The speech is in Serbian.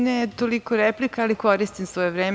Ne toliko replika, ali koristim svoje vreme.